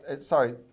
sorry